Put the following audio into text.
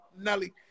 Nelly